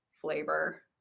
flavor